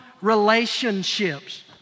relationships